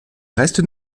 restes